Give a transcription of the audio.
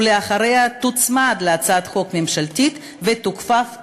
ואחריה היא תוצמד להצעת חוק ממשלתית ותוכפף אליה.